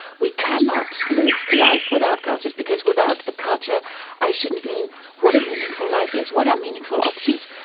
we cannot live life without cultures, because without a culture i shouldn't mean what a meaningful life is, what are meaningful options.